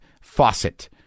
faucet